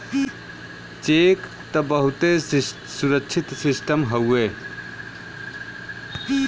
check त बहुते सुरक्षित सिस्टम हउए